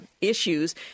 issues